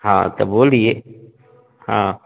हाँ तो बोलिए हाँ